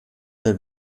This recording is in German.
der